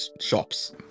shops